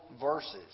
verses